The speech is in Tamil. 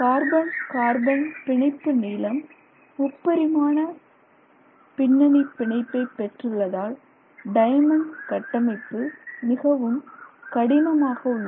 கார்பன் கார்பன் பிணைப்பு நீளம் முப்பரிமாண பின்னணி பிணைப்பை பெற்றுள்ளதால் டைமண்ட் கட்டமைப்பு மிகவும் கடினமாக உள்ளது